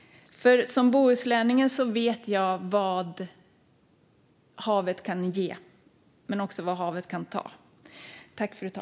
Som bohuslänning vet jag nämligen vad havet kan ge men också vad havet kan ta.